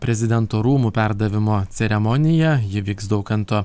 prezidento rūmų perdavimo ceremonija ji vyks daukanto